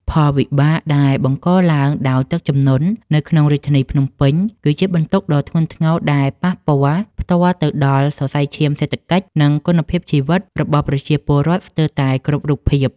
ផលវិបាកដែលបង្កឡើងដោយទឹកជំនន់នៅក្នុងរាជធានីភ្នំពេញ គឺជាបន្ទុកដ៏ធ្ងន់ធ្ងរដែលប៉ះពាល់ផ្ទាល់ទៅដល់សរសៃឈាមសេដ្ឋកិច្ច និងគុណភាពជីវិតរបស់ប្រជាពលរដ្ឋស្ទើរតែគ្រប់រូបភាព។